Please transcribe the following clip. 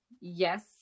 yes